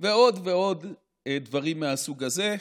ועוד ועוד דברים מהסוג הזה,